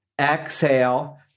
Exhale